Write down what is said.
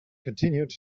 continued